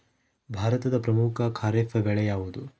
ಭಾರತದ ಪ್ರಮುಖ ಖಾರೇಫ್ ಬೆಳೆ ಯಾವುದು?